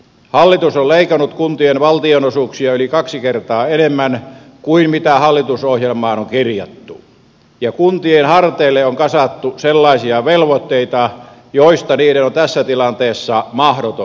hallitus on leikannut kuntien valtionosuuksia yli kaksi kertaa enemmän kuin hallitusohjelmaan on kirjattu ja kuntien harteille on kasattu sellaisia velvoitteita joista niiden on tässä tilanteessa mahdoton selvitä